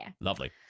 lovely